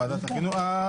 ועדת החינוך,